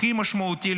הכי משמעותי,